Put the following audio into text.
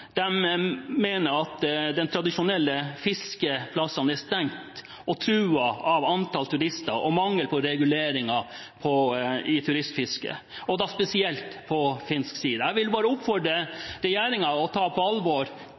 mener at de tradisjonelle fiskeplassene er stengt og truet av antallet turister og mangel på reguleringer i turistfisket, da spesielt på finsk side. Jeg vil oppfordre regjeringen å ta på alvor